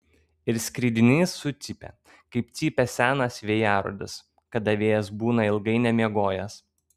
ir skridinys sucypė kaip cypia senas vėjarodis kada vėjas būna ilgai miegojęs